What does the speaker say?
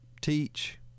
teach